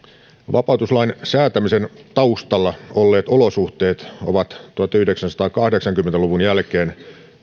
vapautuslain säätämisen taustalla olleet olosuhteet ovat tuhatyhdeksänsataakahdeksankymmentä luvun jälkeen